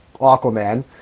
Aquaman